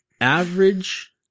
Average